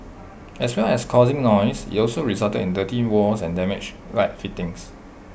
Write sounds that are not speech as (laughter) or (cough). (noise) as well as causing noise IT also resulted in dirty walls and damaged light fittings